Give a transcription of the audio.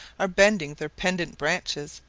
are bending their pendent branches,